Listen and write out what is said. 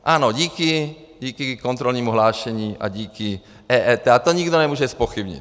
Ano, díky i kontrolnímu hlášení a díky EET a to nikdo nemůže zpochybnit.